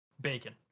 bacon